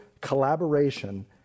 collaboration